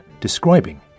describing